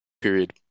Period